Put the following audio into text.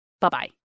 Bye-bye